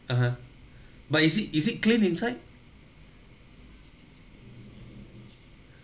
(uh huh) but is it is it clean inside